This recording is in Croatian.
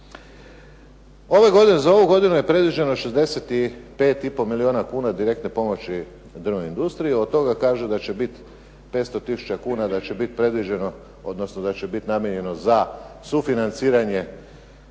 za ovu godinu je predviđeno 65 i pol milijuna kuna direktne pomoći drvnoj industriji. Od toga kaže da će biti 500000 kuna da će biti predviđeno, odnosno da će